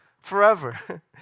forever